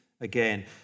again